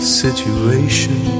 situation